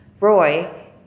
Roy